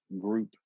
Group